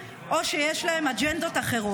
או שהם לא רוצים או שיש להם אג'נדות אחרות".